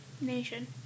nation